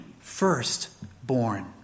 firstborn